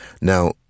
Now